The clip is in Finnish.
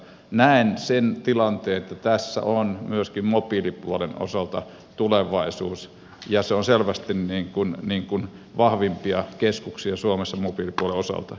näen sen tilanteen että tässä on myöskin mobiilipuolen osalta tulevaisuus ja se on selvästi vahvimpia keskuksia suomessa mobiilipuolen osalta